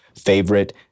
favorite